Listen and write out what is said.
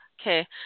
Okay